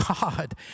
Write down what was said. God